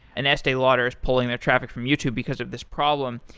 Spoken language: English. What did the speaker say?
and estee lauder is pulling their traffic from youtube because of this problem.